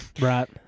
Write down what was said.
Right